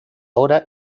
hora